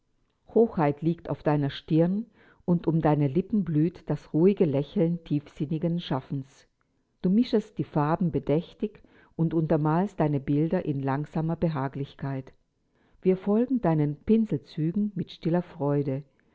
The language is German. hoheit liegt auf deiner stirn und um deine lippen blüht das ruhige lächeln tiefsinnigen schaffens du mischest die farben bedächtig und untermalst deine bilder in langsamer behaglichkeit wir folgen deinen pinselzügen mit stiller freude